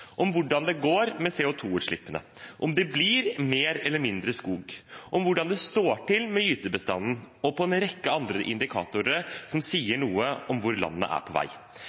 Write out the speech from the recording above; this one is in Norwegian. om hvordan det går med CO2-utslippene, om det blir mer eller mindre skog, om hvordan det står til med gytebestanden, og en rekke andre indikatorer som sier noe om hvor landet er på vei.